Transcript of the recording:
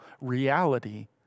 reality